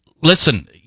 listen